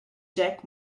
jack